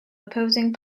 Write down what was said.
opposing